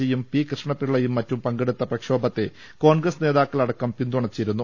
G യും P കൃഷ്ണപ്പിള്ളയും മറ്റും പങ്കെടുത്ത പ്രക്ഷോഭത്ത കോൺഗ്രസ് നേതാക്കൾ അടക്കം പിന്തുണച്ചിരുന്നു